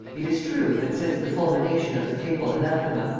it is true that, since the fulmination of the papal anathema,